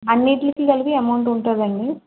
అన్నిటికి కలిపి అమౌంట్ ఉంటుందండి